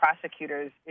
prosecutor's